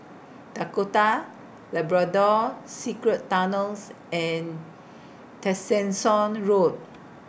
Dakota Labrador Secret Tunnels and Tessensohn Road